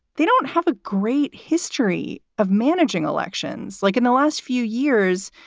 they don't have a great history of managing elections like in the last few years.